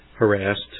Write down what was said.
Harassed